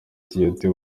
tiote